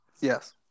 Yes